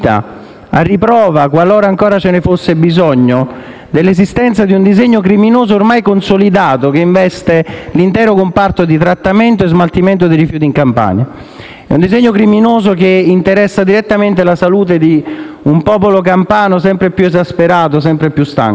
a riprova, qualora ancora ce ne fosse bisogno, dell'esistenza di un disegno criminoso ormai consolidato che investe l'intero comparto di trattamento e smaltimento dei rifiuti in Campania. È un disegno criminoso che interessa direttamente la salute di un popolo campano sempre più esasperato, sempre più stanco.